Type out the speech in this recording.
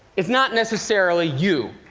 it's not necessarily you,